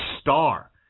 star